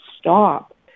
stop